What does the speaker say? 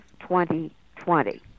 2020